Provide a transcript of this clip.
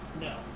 No